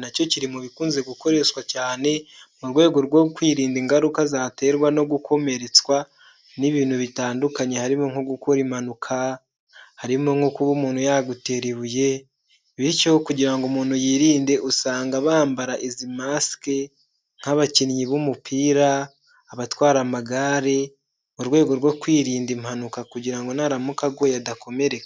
na cyo kiri mu bikunze gukoreshwa cyane mu rwego rwo kwirinda ingaruka zaterwa no gukomeretswa n'ibintu bitandukanye, harimo nko gukora impanuka, harimo nko kuba umuntu yagutera ibuye, bityo kugira ngo umuntu yirinde usanga bambara izi masike nk'abakinnyi b'umupira, abatwara amagare, mu rwego rwo kwirinda impanuka kugira ngo naramuka aguye adakomereka.